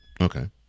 Okay